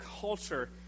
culture